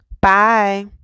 Bye